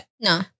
No